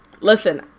Listen